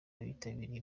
abitabiriye